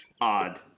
Odd